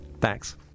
Thanks